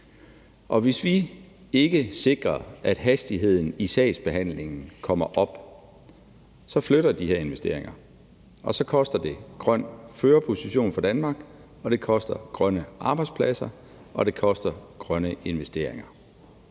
Og hvis vi ikke sikrer, at hastigheden i sagsbehandlingen kommer op, så flytter de her investeringer, og så koster det den grønne førerposition for Danmark, det koster grønne arbejdspladser, og det koster grønne investeringer.